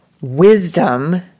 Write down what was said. wisdom